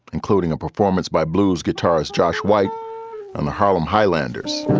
including a performance by blues guitarist josh white and the harlem highlanders